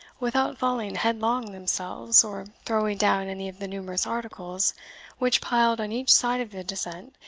without falling headlong themselves, or throwing down any of the numerous articles which, piled on each side of the descent,